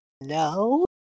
No